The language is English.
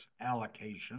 allocation